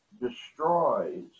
destroys